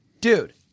Dude